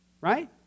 right